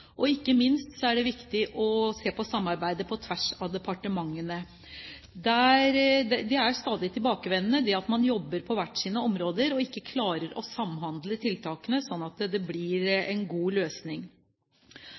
Ikke minst er det viktig å se på samarbeidet på tvers av departementene. Det er et stadig tilbakevendende problem at man jobber på hver sine områder og ikke klarer å samhandle tiltakene sånn at det blir